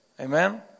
Amen